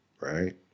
right